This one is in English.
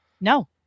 No